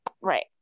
right